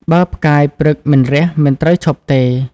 បើផ្កាយព្រឹកមិនរះមិនត្រូវឈប់ទេ»